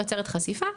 יוצרת חשיפה,